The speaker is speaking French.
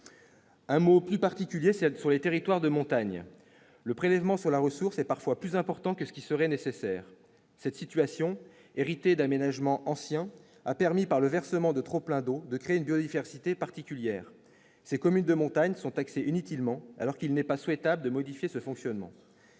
Un mot plus particulier celles sur les territoires de montagne, le prélèvement sur la ressource est parfois plus important que ce qui serait nécessaire, cette situation héritée d'aménagement anciens a permis par le versement de trop plein d'eau, de créer une biodiversité particulière ces communes de montagne sont taxés inutilement alors qu'il n'est pas souhaitable de modifier ce fonctionnement